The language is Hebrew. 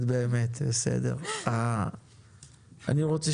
אני רוצה